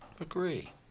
agree